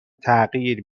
تغییر